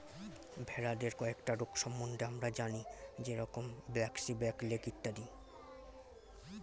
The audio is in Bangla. ভেড়াদের কয়েকটা রোগ সম্বন্ধে আমরা জানি যেরম ব্র্যাক্সি, ব্ল্যাক লেগ ইত্যাদি